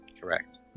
Correct